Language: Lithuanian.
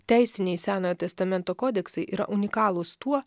teisiniai senojo testamento kodeksai yra unikalūs tuo